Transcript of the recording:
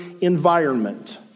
environment